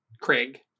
Craig